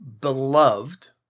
beloved